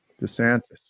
DeSantis